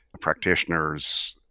practitioners